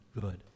good